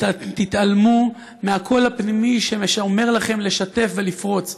תתעלמו מהקול הפנימי שאומר לכם לשתף ולפרוץ,